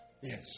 Yes